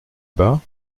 bas